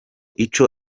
ico